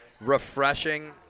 refreshing